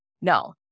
No